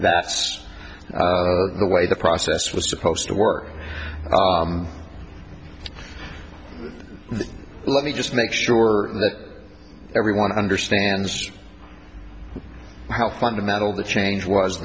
that's the way the process was supposed to work let me just make sure that everyone understands how fundamental the change was